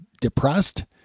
depressed